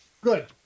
Good